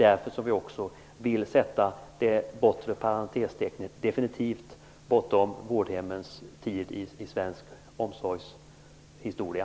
Därför vill vi sätta det andra parentestecknet bortom vårdhemmens tid i svensk omsorgshistoria.